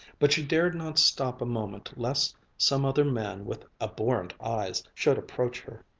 but she dared not stop a moment lest some other man with abhorrent eyes should approach her.